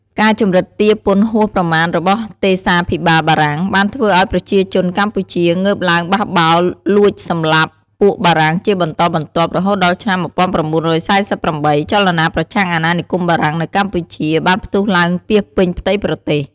ការជំរិតទារពន្ធហួសប្រមាណរបស់ទេសាភិបាលបារាំង បានធ្វើឱ្យប្រជាជនកម្ពុជា ងើបឡើងបះបោរលួចសម្លាប់ពួកបារាំងជាបន្តបន្ទាប់ រហូតដល់ឆ្នាំ ១៩៤៨ ចលនាប្រឆាំងអណានិគមបារាំងនៅកម្ពុជា បានផ្ទុះឡើងពាសពេញផ្ទៃប្រទេស ។